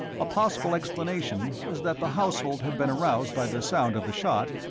a possible explanation is that the household had been aroused by the sound of the shot,